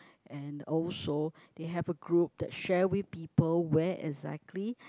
and also they have a group that share with people where exactly